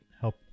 help